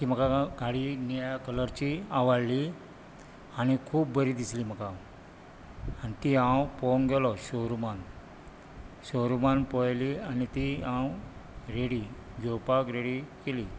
ती म्हाका गाडी निळ्या कलरची आवडली आनी खूब बरी दिसली म्हाका आनी ती हांव पोवूंक गेलो शो रुमांत शो रुमांत पळयली आनी ती हांव रेडी घेवपाक रेडी केली